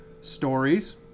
stories